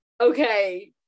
Okay